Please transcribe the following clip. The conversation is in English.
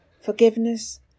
forgiveness